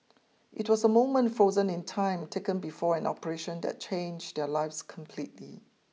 it was a moment frozen in time taken before an operation that changed their lives completely